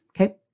Okay